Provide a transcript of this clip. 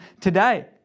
today